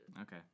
Okay